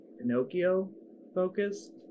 Pinocchio-focused